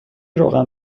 روغن